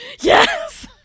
Yes